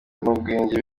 n’ubwenge